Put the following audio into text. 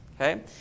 Okay